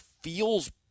feels